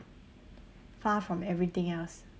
far form everything else